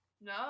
No